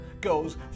goes